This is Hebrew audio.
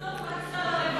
בסוף רק שר הרווחה,